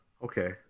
Okay